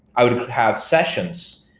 i would have sessions,